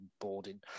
boarding